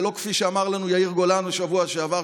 ולא כפי שאמר לנו יאיר גולן בשבוע שעבר,